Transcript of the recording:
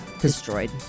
Destroyed